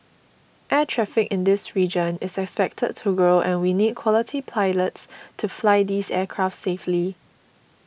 air traffic in this region is expected to grow and we need quality pilots to fly these aircraft safely